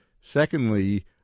secondly